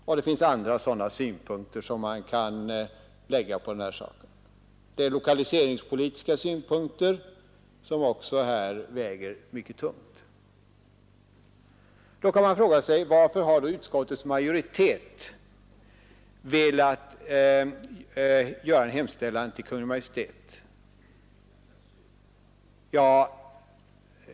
Och det finns andra sådana synpunkter som man kan anlägga — lokaliseringspolitiska synpunkter väger t.ex. också mycket tungt. Då kan man fråga sig: Varför har utskottets majoritet velat göra en hemställan till Kungl. Maj:t?